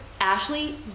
Ashley